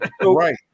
Right